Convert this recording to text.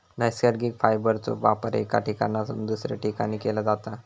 नैसर्गिक फायबरचो वापर एका ठिकाणाहून दुसऱ्या ठिकाणी केला जाता